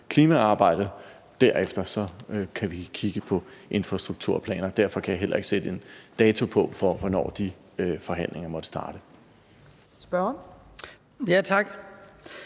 klimaarbejdet, og derefter kan vi kigge på infrastrukturplanerne, og derfor kan jeg heller ikke sætte en dato på for, hvornår de forhandlinger måtte starte.